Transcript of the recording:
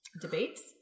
debates